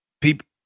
people